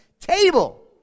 table